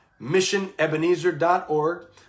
MissionEbenezer.org